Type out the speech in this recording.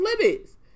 limits